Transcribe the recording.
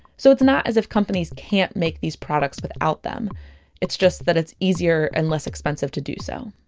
so it's not as if companies can't make these products without them it's just that it's easier and less expensive to do so